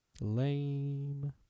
Lame